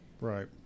Right